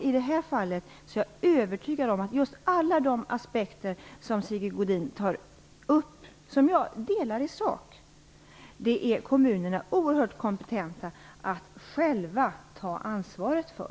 I det här fallet är jag övertygad om att just alla de aspekter som Sigge Godin tar upp, vilka jag delar i sak, är kommunerna helt kompetenta att själva ta ansvar för.